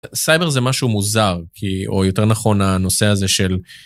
סייבר זה משהו מוזר, כי... או יותר נכון, הנושא הזה של